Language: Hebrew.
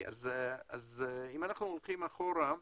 אם הולכים אחורה,